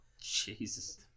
Jesus